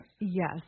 Yes